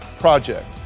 project